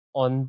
on